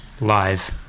Live